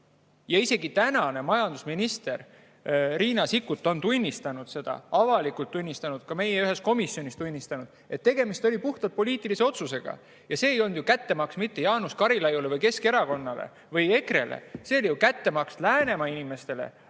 Isegi praegune majandusminister Riina Sikkut on tunnistanud seda, avalikult tunnistanud, ka meie ühes komisjonis tunnistanud, et tegemist oli puhtalt poliitilise otsusega. Ja see ei olnud ju kättemaks mitte Jaanus Karilaiule või Keskerakonnale või EKRE-le. See oli kättemaks Läänemaa inimestele,